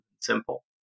simple